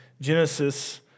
Genesis